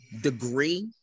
degree